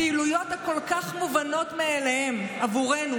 הפעילויות הכל-כך מובנות מאליהן עבורנו